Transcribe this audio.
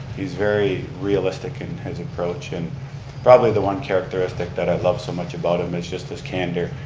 he's very realistic in his approach and probably the one characteristic that i love so much about him is just his candor,